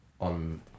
on